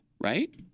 right